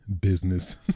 Business